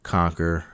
conquer